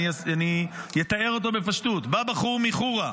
אתאר אותו בפשטות: בחור מחורה,